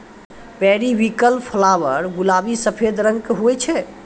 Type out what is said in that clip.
periwinkle flower गुलाबी सफेद रंग के हुवै छै